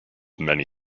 many